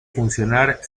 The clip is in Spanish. funcionar